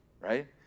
right